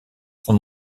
son